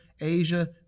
Asia